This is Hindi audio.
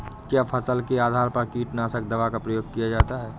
क्या फसल के आधार पर कीटनाशक दवा का प्रयोग किया जाता है?